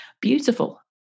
beautiful